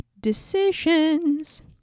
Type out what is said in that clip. decisions